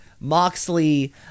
Moxley